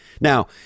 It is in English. Now